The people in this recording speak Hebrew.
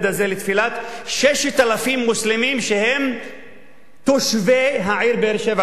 הזה לתפילת 6,000 מוסלמים שהם תושבי העיר באר-שבע,